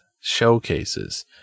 showcases